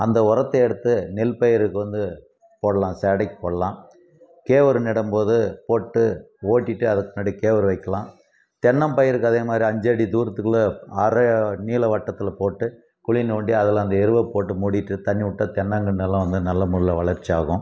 அந்த உரத்த எடுத்து நெல்பயிருக்கு வந்து போடலாம் போடலாம் கேவரு நடும் போது போட்டு ஓட்டிவிட்டு அதுக்கு பின்னாடி கேவரு வைக்கிலாம் தென்னம் பயிருக்கு அதே மாதிரி ஒரு அஞ்சடி தூரத்துக்குள்ளே அரை நீளவட்டத்தில் போட்டு குழி நொண்டி அதில் அந்த எருவை போட்டு மூடிவிட்டு தண்ணி விட்டா தென்னங்கன்று எல்லாம் வந்து நல்ல முறைல வளர்ச்சி ஆகும்